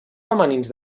femenins